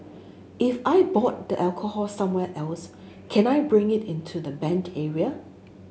if I bought the alcohol somewhere else can I bring it into the banned area